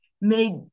made